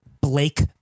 Blake